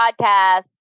podcast